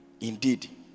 Indeed